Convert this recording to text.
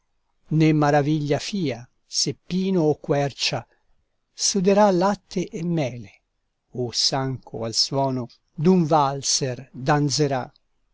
né maraviglia fia se pino o quercia suderà latte e mele o s'anco al suono d'un walser danzerà